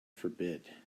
forbid